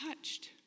touched